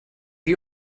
you